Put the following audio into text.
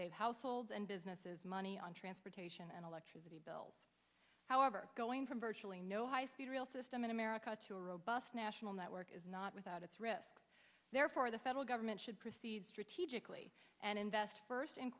save households and businesses money on transportation and electricity bill however going from virtually no high speed rail system in america to a robust national network is not without its risks therefore the federal government should proceed strategically and invest first in